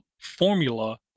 formula